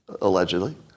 allegedly